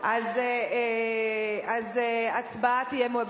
אז הצבעה תהיה במועד,